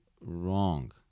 wrong